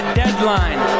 deadline